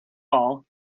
all